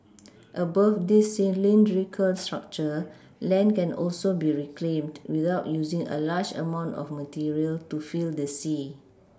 above this cylindrical structure land can also be reclaimed without using a large amount of material to fill the sea